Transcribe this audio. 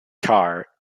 carr